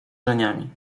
żeniami